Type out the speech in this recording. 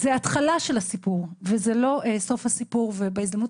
זו התחלה של הסיפור ולא סוף הסיפור ובהזדמנות